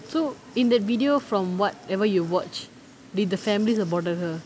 so in the video from whatever you watch did the family support her